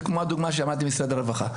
וזה כמו הדוגמה ששמעתי ממשרד הרווחה.